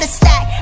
stack